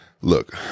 look